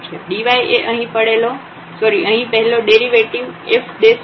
dy એ અહીં પહેલો ડેરિવેટિવ f અને dx છે